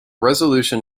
resolution